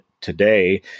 today